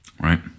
right